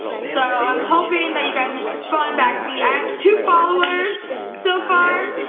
so i'm hoping that you guys respond back to me. i have two followers so far.